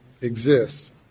exists